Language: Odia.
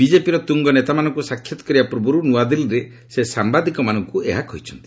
ବିଜେପିର ତୁଙ୍ଗ ନେତାମାନଙ୍କୁ ସାକ୍ଷାତ କରିବା ପୂର୍ବରୁ ନୂଆଦିଲ୍ଲୀରେ ସେ ସାମ୍ବାଦିକମାନଙ୍କୁ ଏହା କହିଛନ୍ତି